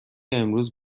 امروز